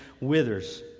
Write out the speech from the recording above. withers